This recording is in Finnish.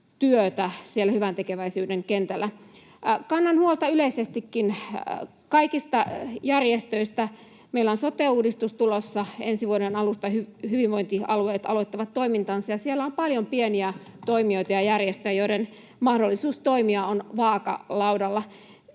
työtä siellä hyväntekeväisyyden kentällä. Kannan huolta yleisestikin kaikista järjestöistä. Meillä on sote-uudistus tulossa ensi vuoden alusta ja hyvinvointialueet aloittavat toimintansa, ja siellä on paljon pieniä toimijoita ja järjestöjä, joiden mahdollisuus toimia on vaakalaudalla.